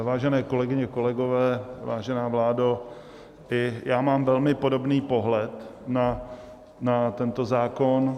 Vážené kolegyně, kolegové, vážená vládo, i já mám velmi podobný pohled na tento zákon.